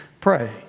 pray